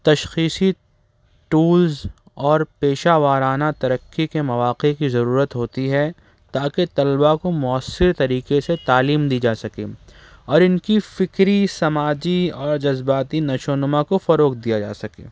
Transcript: تشخیصی ٹولس اور پیشہ ورانہ ترقی کے مواقع کی ضرورت ہوتی ہے تاکہ طلباء کو مؤثر طریقے سے تعلیم دی جاسکے اور ان کی فکری سماجی اور جذباتی نشوونما کو فروغ دیا جاسے